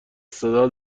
صدا